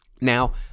Now